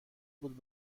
بود